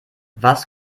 was